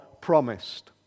promised